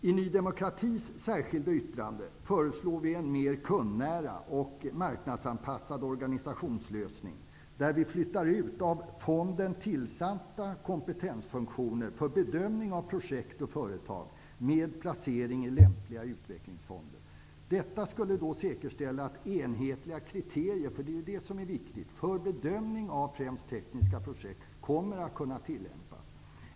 I Ny demokratis särskilda yttrande föreslår vi en mer kundnära och marknadsanpassad organisationslösning, där vi flyttar ut av fonden tillsatta kompetensfunktioner för bedömning av projekt och företag, med placering i lämpliga utvecklingsfonder. Detta skulle säkerställa att enhetliga kriterier -- det är det som är viktigt -- för bedömning av främst tekniska projekt kommer att kunna tillämpas.